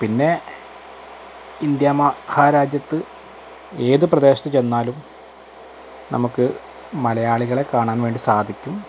പിന്നെ ഇന്ത്യ മഹാരാജ്യത്ത് ഏത് പ്രദേശത്തു ചെന്നാലും നമുക്ക് മലയാളികളെ കാണാൻ വേണ്ടി സാധിക്കും